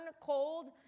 cold